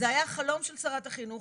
זה היה החלום של שרת החינוך.